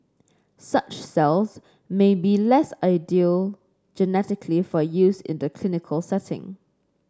such cells may be less ideal genetically for use in the clinical setting